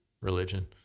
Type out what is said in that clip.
religion